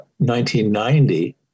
1990